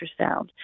ultrasound